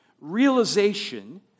realization